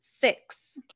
six